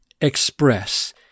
express